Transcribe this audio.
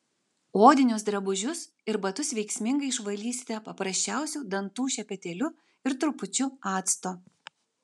odinius drabužius ir batus veiksmingai išvalysite paprasčiausiu dantų šepetėliu ir trupučiu acto